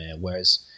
Whereas